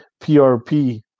prp